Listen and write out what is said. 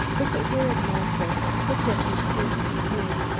if it were in motion the tip would soon disappear.